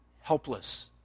helpless